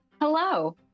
Hello